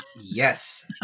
Yes